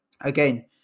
again